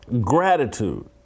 gratitude